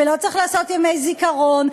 ולא צריך לעשות ימי זיכרון,